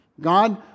God